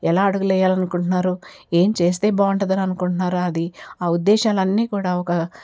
ఎలా అడుగులు వేయాలనుకుంటున్నారు ఏం చేస్తే బాగుంటుంది అని అనుకుంటున్నారో అది ఆ ఉద్దేశాలన్నీ కూడా ఒక